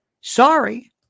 Sorry